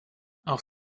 auch